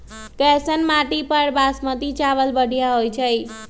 कैसन माटी पर बासमती चावल बढ़िया होई छई?